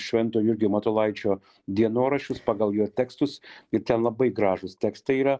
švento jurgio matulaičio dienoraščius pagal jo tekstus ir tie labai gražūs tekstai yra